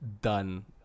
done